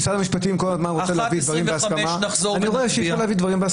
ב-13:25 נחזור לדיון.